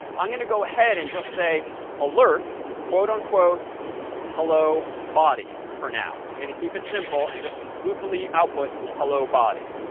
i'm going to go ahead and just say alert quote-unquote hello, body' for now. i'm going to keep it simple and just goofily output hello, body.